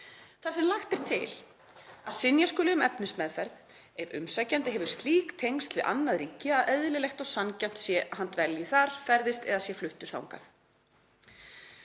þar sem lagt er til að synja skuli um efnismeðferð ef umsækjandi hefur slík tengsl við annað ríki að eðlilegt og sanngjarnt sé að hann dvelji þar, ferðist eða sé fluttur þangað.“